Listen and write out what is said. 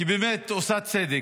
כי היא באמת עושה צדק,